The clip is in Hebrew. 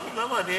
לא, למה?